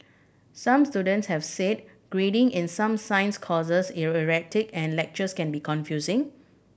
some students have said grading in some science courses is erratic and lectures can be confusing